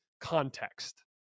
context